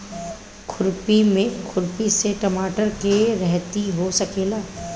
खुरपी से टमाटर के रहेती हो सकेला?